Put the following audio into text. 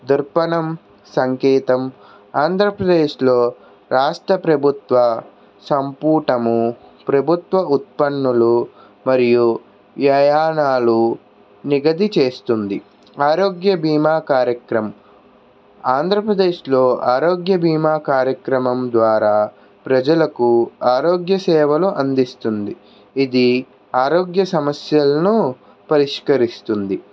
దుర్బనం సంకేతం ఆంధ్రప్రదేశ్లో రాష్ట్ర ప్రభుత్వ సంపుటము ప్రభుత్వ ఉత్పన్నులు మరియు వ్యాయాణాలు నిగది చేస్తుంది ఆరోగ్య భీమా కార్యక్రమం ఆంధ్రప్రదేశ్లో ఆరోగ్య భీమా కార్యక్రమం ద్వారా ప్రజలకు ఆరోగ్య సేవలు అందిస్తుంది ఇది ఆరోగ్య సమస్యలను పరిష్కరిస్తుంది